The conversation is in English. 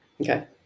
Okay